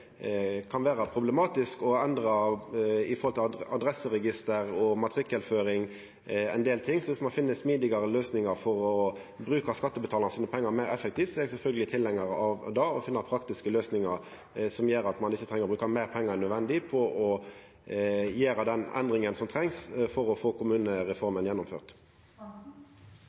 kan vera problematisk å endra ein del ting i samband med adresseregister og matrikkelføring. Viss ein kan finna smidigare og meir praktiske løysingar for å bruka skattebetalarane sine pengar meir effektivt, som gjer at ein ikkje treng å bruka meir pengar enn nødvendig på å gjera den endringa som trengst for å få kommunereforma gjennomført,